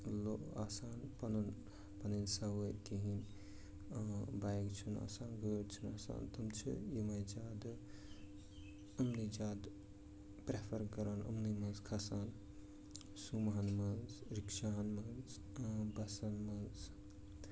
لو آسان پَنُن پَنٕنۍ سَوٲرۍ کِہیٖنٛۍ بایِک چھِنہٕ آسان گٲڑۍ چھِنہٕ آسان تِم چھِ یِمَے زیادٕ یِمنٕے زیادٕ پریفَر کَران یِمنٕے منٛز کھَسان سومہَن منٛز رِکشاہَن منٛز بَسَن منٛز